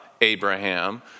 Abraham